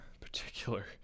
particular